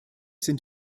sind